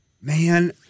Man